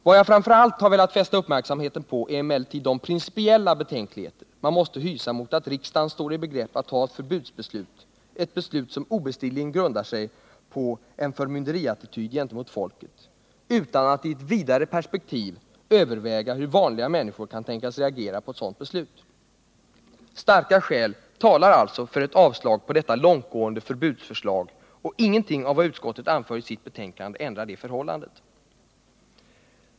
Vad jag framför allt har velat fästa uppmärksamheten på är emellertid de principiella betänkligheter man måste hysa mot att riksdagen står i begrepp att fatta ett förbudsbeslut, ett beslut som obestridligen grundar sig på en förmynderiattityd gentemot folket, utan att i ett vidare perspektiv överväga hur vanliga människor kan tänkas reagera på ett sådant beslut. Starka skäl talar alltså för ett avslag på detta långtgående förbudsförslag, och ingenting av vad utskottet anför i sitt betänkande ändrar det förhållandet.